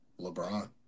LeBron